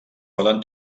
poden